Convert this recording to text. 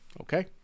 Okay